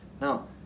Now